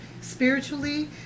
spiritually